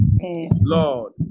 Lord